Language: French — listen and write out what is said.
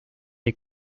est